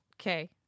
okay